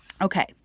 Okay